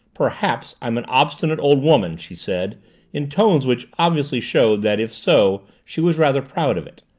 perhaps i'm an obstinate old woman, she said in tones which obviously showed that if so she was rather proud of it,